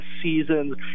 seasons